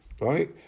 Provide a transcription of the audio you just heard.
right